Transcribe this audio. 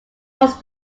was